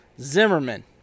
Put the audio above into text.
Zimmerman